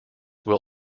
will